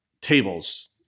tables